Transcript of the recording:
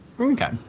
Okay